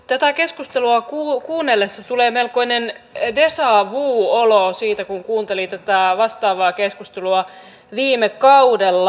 tätä keskustelua kuunnellessa tulee melkoinen deja vu olo siitä kun kuuntelin tätä vastaavaa keskustelua viime kaudella